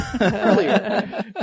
earlier